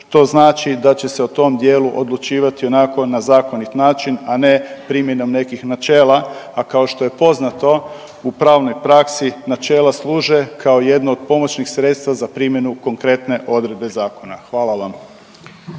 što znači da će se o tom dijelu odlučivati onako na zakonit način, a ne primjenom nekih načela. A kao što je poznato u pravnoj praksi načela služe kao jedna od pomoćnih sredstva za primjenu konkretne odredbe zakona. Hvala vam.